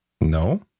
No